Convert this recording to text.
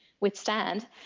withstand